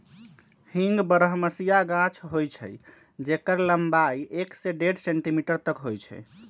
हींग बरहमसिया गाछ होइ छइ जेकर लम्बाई एक से डेढ़ सेंटीमीटर तक होइ छइ